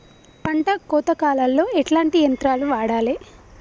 పంట కోత కాలాల్లో ఎట్లాంటి యంత్రాలు వాడాలే?